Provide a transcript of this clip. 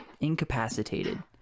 incapacitated